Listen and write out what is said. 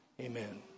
amen